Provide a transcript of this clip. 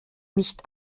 nicht